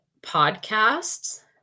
podcasts